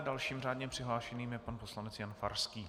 Dalším řádně přihlášeným je pan poslanec Jan Farský.